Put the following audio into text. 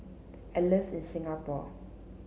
I live in Singapore